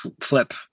flip